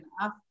enough